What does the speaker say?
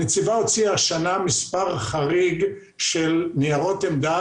הנציבה הוציאה השנה מספר חריג של ניירות עמדה